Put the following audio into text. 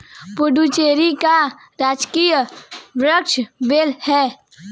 पुडुचेरी का राजकीय वृक्ष बेल है